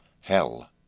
Hell